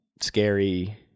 scary